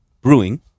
Brewing